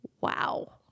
wow